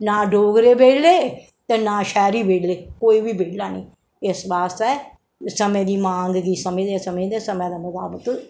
नां डोगरे बेह्ल्ले ते नां शैहरी बेह्ल्ले कोई बी बेह्ल्ला नेईं इस बास्तै समें दी मांग गी समझदे समझदे समें दे मताबक